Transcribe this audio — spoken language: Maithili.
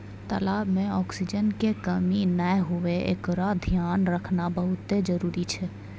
तलाब में ऑक्सीजन के कमी नै हुवे एकरोॅ धियान रखना बहुत्ते जरूरी छै